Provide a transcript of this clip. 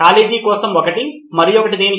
college కోసం ఒకటి మరియొకటి దేనికి